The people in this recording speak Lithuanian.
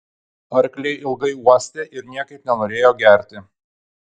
arkliai ilgai uostė ir niekaip nenorėjo gerti